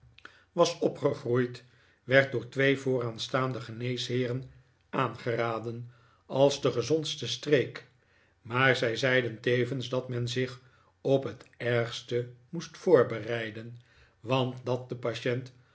was opgegroeid werd door twee vooraanstaande geneesheeren aangeraden als de gezondste streek maar zij zeiden tevens dat men zich op het ergste moest voorbereiden want dat de patient